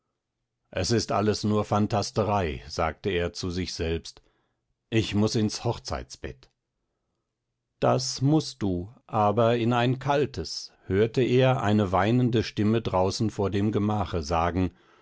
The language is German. es ist alles nur phantasterei sagte er zu sich selbst ich muß ins hochzeitbett das mußt du aber in ein kaltes hörte er eine weinende stimme draußen vor dem gemache sagen